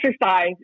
exercise